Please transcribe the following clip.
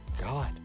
god